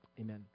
amen